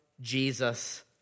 Jesus